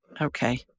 Okay